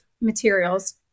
materials